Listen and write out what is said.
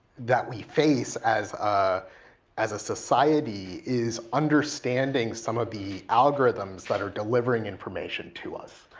that we face as ah as a society, is understanding some of the algorithms that are delivering information to us.